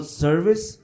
service